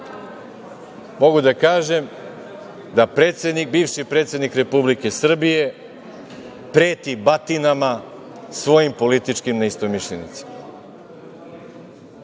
mogu da kažem da predsednik, bivši predsednik Republike Srbije preti batinama svojim političkim neistomišljenicima. Takvi